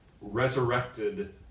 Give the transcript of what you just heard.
resurrected